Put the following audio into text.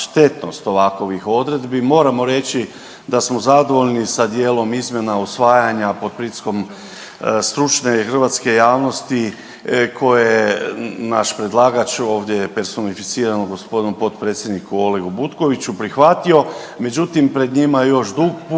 štetnost ovakovih odredbi. Moramo reći da smo zadovoljni sa dijelom izmjena usvajanja pod pritiskom stručne hrvatske javnosti koje je naš predlagač, ovdje personificiranom g. potpredsjedniku, Olegu Butkoviću prihvatio, međutim pred njima je još dug put